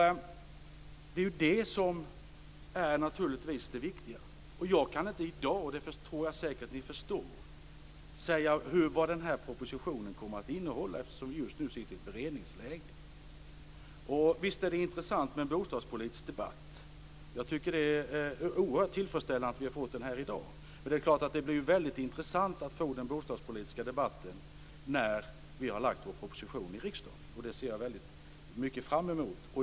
Det är naturligtvis det viktiga. Jag kan inte i dag - och det tror jag att ni säkert förstår - säga vad den propositionen kommer att innehålla, eftersom vi just nu är i ett beredningsläge. Visst är det intressant med en bostadspolitisk debatt. Jag tycker att det är oerhört tillfredsställande att vi har fått en här i dag. Men det blir väldigt intressant att få den bostadspolitiska debatten när regeringen har lagt fram en proposition till riksdagen. Det ser jag väldigt mycket fram emot.